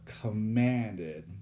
commanded